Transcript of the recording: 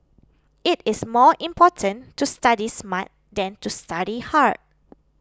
it is more important to study smart than to study hard